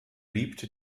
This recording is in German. liebte